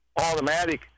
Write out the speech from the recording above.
automatic